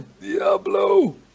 Diablo